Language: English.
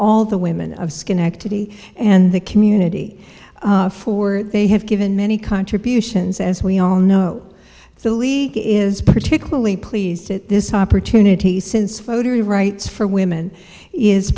all the women of schenectady and the community for they have given many contributions as we all know the league is particularly pleased with this opportunity since foti rights for women is